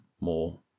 more